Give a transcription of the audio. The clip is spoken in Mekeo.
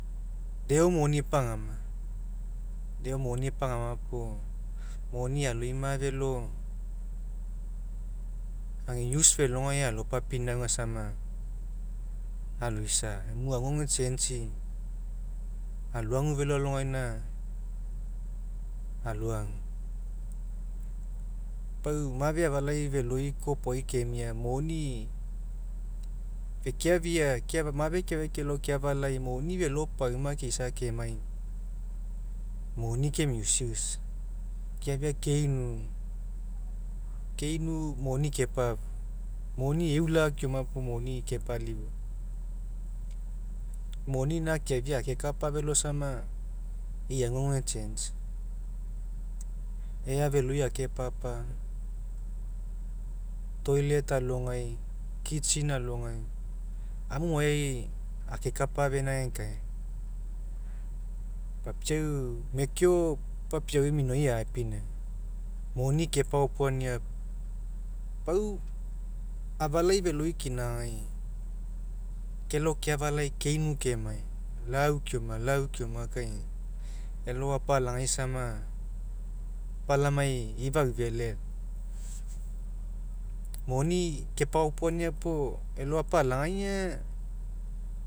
Deo moni epagama, deo moni epagama puo moni aloima felo age use felogai alopapinauga sama aloisa emu aguagu e'changei aloagu feloalogaina alogai. Pau mafe afalai feloi kopoi kemia moni fekeafia, mafe keafia kelao keafalai moni felo felo pauma keusa keafia kemai, moni ke misuse keafia keinu keinu moni kepafua. Moni eula keoma moni kepalifua moni ina akeafia akekapa felo sama e'i aguagu age change'i. Ea feloi akepapa, toilet alogai kitchen alogai amu maoai akekapa afeaina agekaina, papiau mekeo papiaui minoi aepinauga moni kepaopoania pau afalai feloi kinagai kelao keafalai keinu kemai lau keoma kai lau keoma kai elao apalagai samagai apalamai ifa aufele. Moni kepaopoania puo elao apalagai aga